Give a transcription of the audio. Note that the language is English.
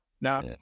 Now